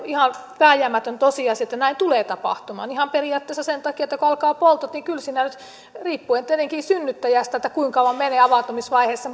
ihan vääjäämätön tosiasia että näin tulee tapahtumaan ihan periaatteessa sen takia että kun alkaa poltot niin ei sieltä nyt riippuen tietenkin synnyttäjästä kuinka kauan menee avautumisvaiheessa